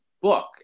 book